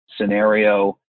scenario